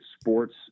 sports